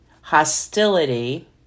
hostility